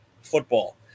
football